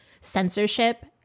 censorship